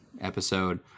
episode